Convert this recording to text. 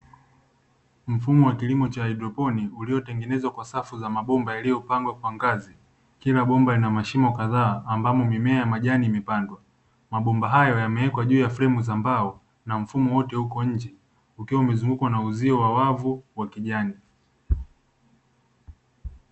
Mfumo wa kilimo cha haidroponi uliotengenezwa kwa safu za mabomba yaliyopangwa kwa ngazi, kila bomba ina mashimo kadhaa ambamo mimea ya majani imepandwa, mabomba hayo yamewekwa juu ya fremu za mbao na mfumo wote uko nje, ukiwa imezungukwa na uzio wa wavu wa kijani.